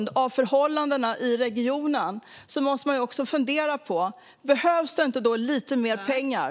Då måste man också fundera på om det inte behövs lite mer pengar.